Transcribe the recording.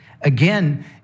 Again